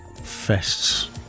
fests